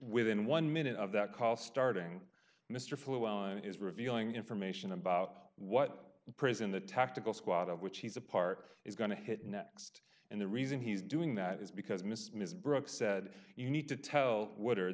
within one minute of that call starting mr flew on is revealing information about what prison the tactical squad of which he's a park is going to hit next and the reason he's doing that is because miss ms brooks said you need to tell what are